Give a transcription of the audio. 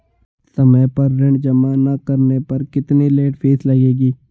समय पर ऋण जमा न करने पर कितनी लेट फीस लगेगी?